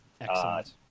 Excellent